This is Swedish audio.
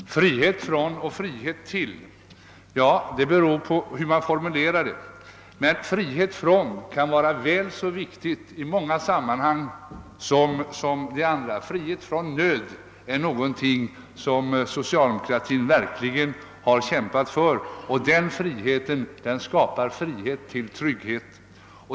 Herr talman! Frihet från och frihet till, det beror på hur man formulerar det. Men frihet från kan vara väl så viktig i många sammanhang som det andra. Frihet från nöd är någonting, som socialdemokratin verkligen har kämpat för, och den friheten skapar frihet till trygghet.